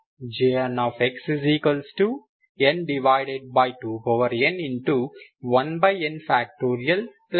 Jn n2n 1n